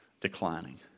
declining